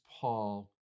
Paul